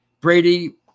Brady